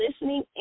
listening